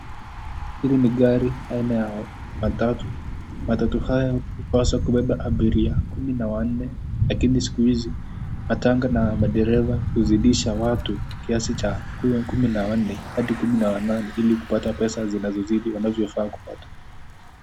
Hili ni gari aina ya matatu. Matatu haya hupaswa kubeba abiria kumi na wanne lakini siku matanga na madereva huzidisha watu kiasi cha kumi na wanne adi kumi na wanane ili kupata kiasi cha pesa zinazozidi wanavyofaa kuoata.